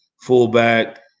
fullback